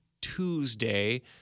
Tuesday